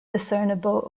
discernible